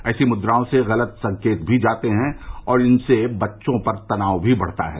ऐसी मुद्राओं से गलत संकेत भी जाते हैं और इनसे बच्चों पर तनाव भी बनता है